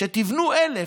כשתבנו 1,000,